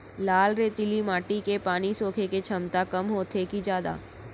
लाल रेतीली माटी के पानी सोखे के क्षमता कम होथे की जादा?